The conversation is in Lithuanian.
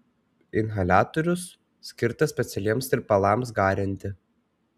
inhaliatorius skirtas specialiems tirpalams garinti